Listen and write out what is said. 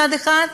מצד אחד.